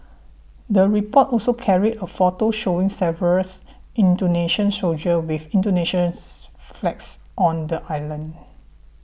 the report also carried a photo showing several Indonesian soldiers with Indonesians flags on the island